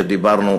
שדיברנו,